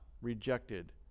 rejected